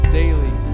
daily